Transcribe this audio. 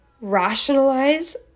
rationalize